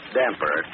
damper